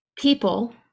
people